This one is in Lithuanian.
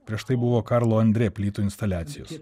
prieš tai buvo karlo andrė plytų instaliacijos